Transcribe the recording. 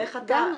למה?